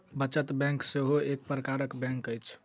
बचत बैंक सेहो एक प्रकारक बैंक अछि